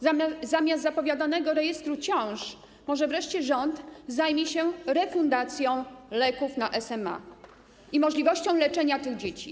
Zamiast zapowiadanego rejestru ciąż może wreszcie rząd zajmie się refundacją leków na SMA i możliwością leczenia tych dzieci?